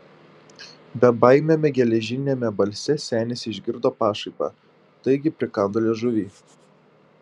bebaimiame geležiniame balse senis išgirdo pašaipą taigi prikando liežuvį